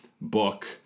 book